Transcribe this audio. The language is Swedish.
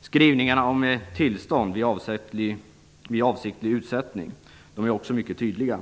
Skrivningarna om tillstånd vid avsiktlig utsättning är också mycket tydliga.